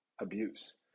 abuse